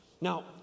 Now